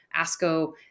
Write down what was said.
ASCO